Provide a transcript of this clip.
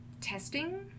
testing